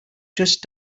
just